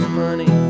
money